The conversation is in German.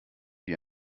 wie